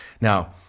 now